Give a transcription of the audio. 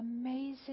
Amazing